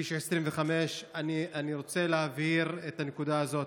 כביש 25. אני רוצה להבהיר את הנקודה הזאת: